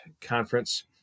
conference